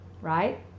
right